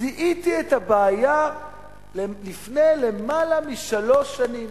זיהיתי את הבעיה לפני למעלה משלוש שנים.